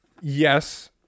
yes